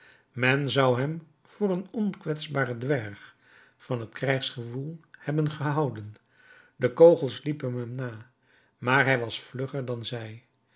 men zou hem voor een onkwetsbaren dwerg van het krijgsgewoel hebben gehouden de kogels liepen hem na maar hij was vlugger dan zij